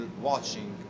watching